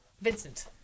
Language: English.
Vincent